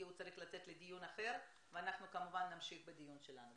כי הוא צריך לצאת לדיון אחר ואנחנו כמובן נמשיך בדיון שלנו.